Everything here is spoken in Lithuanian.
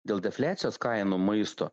dėl defliacijos kainų maisto